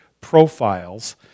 profiles